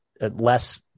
less